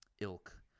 ilk